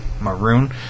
Maroon